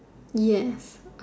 yes